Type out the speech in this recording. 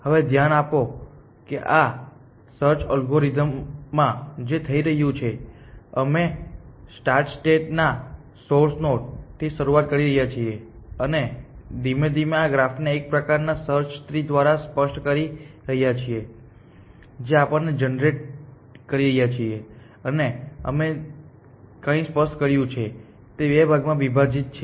હવે ધ્યાન આપો કે આ સર્ચ એલ્ગોરિધમમાં જે થઈ રહ્યું છે તે અમે સ્ટાર્ટ સ્ટેટ ના સોંર્સ નોડ થી શરૂઆત કરી રહ્યા છીએ અને અમે ધીમે ધીમે આ ગ્રાફને એક પ્રકારના સર્ચ ટ્રી દ્વારા સ્પષ્ટ કરી રહ્યા છીએ જે આપણે જનરેટ કરી રહ્યા છીએ અને અમે જે કંઈ સ્પષ્ટ કર્યું છે તે બે ભાગમાં વિભાજિત છે